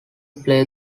play